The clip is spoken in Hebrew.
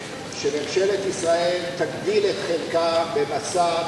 שממשלת ישראל תגדיל את חלקה ב"מסע",